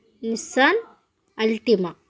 Nissan ultima